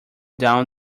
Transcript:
down